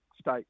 state